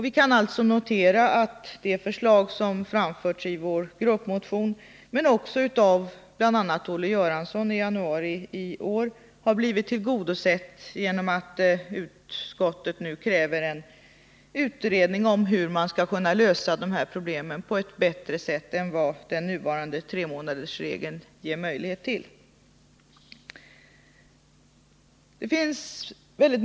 Vi kan alltså notera att det förslag som framförts i vår gruppmotion — men också av bl.a. Olle Göransson — i januari i år har blivit tillgodosett genom att utskottet nu kräver en utredning om hur man skall kunna lösa de här problemen på ett bättre sätt än vad den nuvarande tremånadersregeln ger möjlighet till.